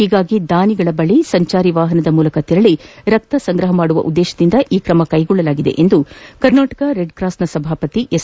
ಹೀಗಾಗಿ ದಾನಿಗಳ ಬಳಿ ಸಂಚಾರಿ ವಾಹನದ ಮೂಲಕ ತೆರಳಿ ರಕ್ಷ ಸಂಗ್ರಹಿಸುವ ಉದ್ಗೇತದಿಂದ ಈ ತ್ರಮ ಕೈಗೊಳ್ಲಲಾಗಿದೆ ಎಂದು ಕರ್ನಾಟಕ ರೆಡ್ಕ್ರಾಸ್ನ ಸಭಾಪತಿ ಎಸ್